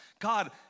God